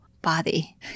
body